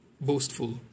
boastful